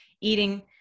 eating